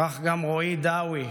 כך גם רועי דאוי,